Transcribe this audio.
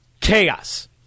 chaos